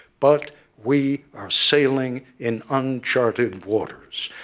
but we are sailing in uncharted waters.